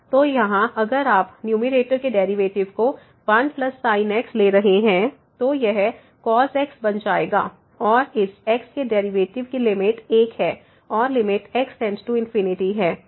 तो यहाँ अगर आप न्यूमैरेटर के डेरिवेटिव को 1sin x ले रहे हैं तो यह cos x बन जाएगा और इस x के डेरिवेटिव की लिमिट 1 है और लिमिट x→∞ है